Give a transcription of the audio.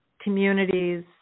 communities